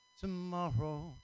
tomorrow